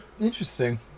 interesting